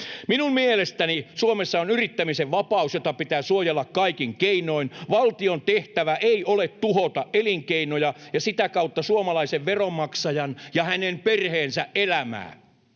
Minun mielestäni Suomessa on yrittämisen vapaus, jota pitää suojella kaikin keinoin. Valtion tehtävä ei ole tuhota elinkeinoja ja sitä kautta suomalaisen veronmaksajan ja hänen perheensä elämää.